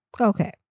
Okay